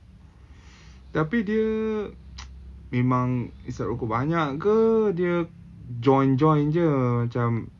tapi dia memang hisap rokok banyak ke dia join join jer macam